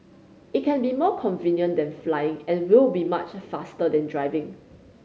it can be more convenient than flying and will be much faster than driving